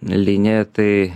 linija tai